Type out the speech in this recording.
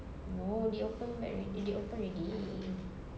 no they opened back already they open already